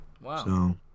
Wow